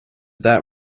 that